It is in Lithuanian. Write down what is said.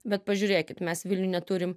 bet pažiūrėkit mes vilniuj neturim